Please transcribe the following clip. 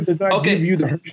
okay